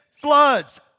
floods